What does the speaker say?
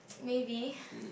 maybe